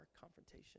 confrontation